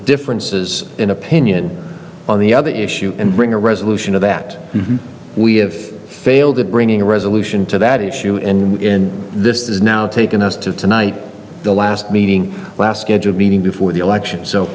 differences in opinion on the other issue and bring a resolution of that we have failed in bringing a resolution to that issue in this is now taking us to tonight the last meeting scheduled meeting before the election so